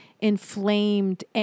inflamed